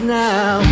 now